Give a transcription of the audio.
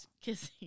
kissing